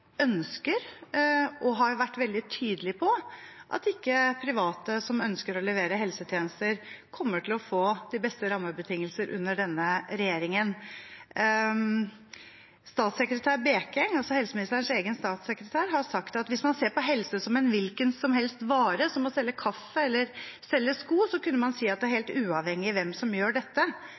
ønsker og har vært veldig tydelig på at private som ønsker å levere helsetjenester, ikke kommer til å få de beste rammebetingelser under denne regjeringen. Statssekretær Karl Kristian Bekeng, altså helseministerens egen statssekretær, har sagt at hvis man ser på helse som en hvilken som helst vare, som å selge kaffe eller sko, kunne man si at det er helt irrelevant hvem som gjør dette.